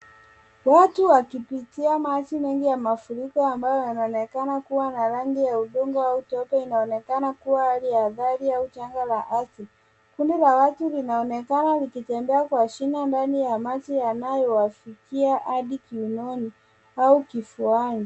Watu wakipitia maji mengi ya mafuriko ambayo yanaonekana kuwa na rangi ya udongo au tope. Inaonekana kuwa hali ya hatari au janga la ardhi . Kundi la watu linaonekana likitembea kwa shina ndani ya maji yanayowafikia hadi kiunoni au kifuani.